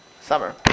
summer